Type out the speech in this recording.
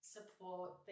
support